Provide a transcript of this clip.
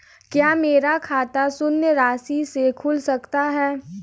क्या मेरा खाता शून्य राशि से खुल सकता है?